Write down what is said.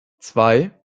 zwei